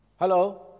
Hello